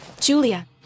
Julia